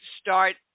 start